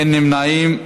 אין נמנעים.